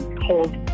hold